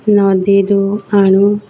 ନଦୀରୁୁ ଆଣୁ